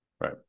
right